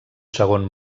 segon